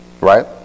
right